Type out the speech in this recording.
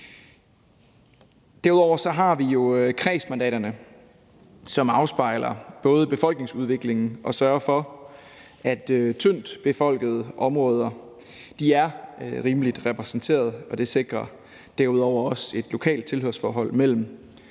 Derudover har vi jo kredsmandaterne, som både afspejler befolkningsudviklingen og sørger for, at tyndtbefolkede områder er rimeligt repræsenteret, og det sikrer derudover også et lokalt tilhørsforhold mellem